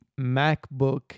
MacBook